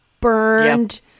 burned